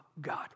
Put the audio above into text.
God